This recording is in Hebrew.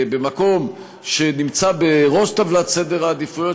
במקום שנמצא בראש טבלת סדר העדיפויות